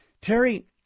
Terry